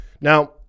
now